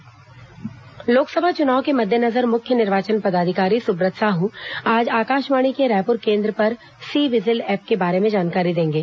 बातों बातों में लोकसभा चुनाव के मद्देनजर मुख्य निर्वाचन पदाधिकारी सुब्रत साहू आज आकाशवाणी के रायपुर केन्द्र पर सी विजिल एप के बारे में जानकारी देंगे